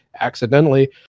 accidentally